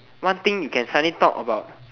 one thing you can suddenly talk about